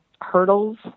hurdles